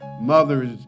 mothers